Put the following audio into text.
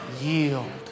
yield